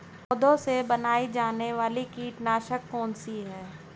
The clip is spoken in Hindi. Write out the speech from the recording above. पौधों से बनाई जाने वाली कीटनाशक कौन सी है?